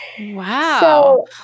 Wow